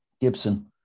Gibson